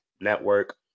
network